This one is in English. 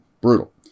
Brutal